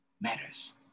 matters